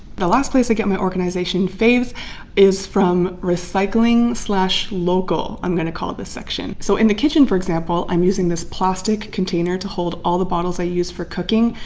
the last place i get my organization faves is from recycling slash local i'm gonna call it this section. so in the kitchen, for example, i'm using this plastic container to hold all the bottles i use for cooking.